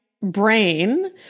brain